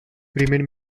remained